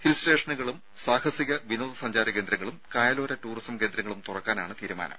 ഹിൽസ്റ്റേഷനുകളും സാഹസിക വിനോദസഞ്ചാര കേന്ദ്രങ്ങളും കായലോര ടൂറിസം കേന്ദ്രങ്ങളും തുറക്കാനാണ് തീരുമാനം